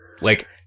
Like-